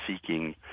seeking